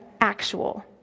actual